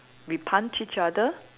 we punch each other